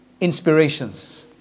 inspirations